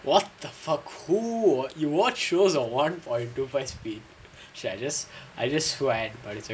what the fuck who will you watch shows on one point two five speed shit I just I just but it's okay